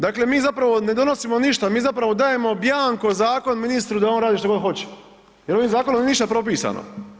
Dakle, mi zapravo ne donosimo ništa, mi zapravo dajemo bianco zakon ministru da on radi što god hoće, jer ovim zakonom nije ništa propisano.